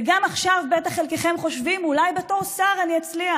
וגם עכשיו בטח חלקכם חושבים: אולי בתור שר אני אצליח.